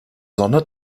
sonne